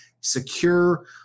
secure